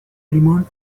limón